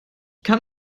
kann